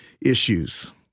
issues